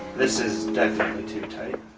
this is definitely too tight.